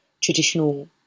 traditional